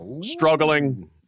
struggling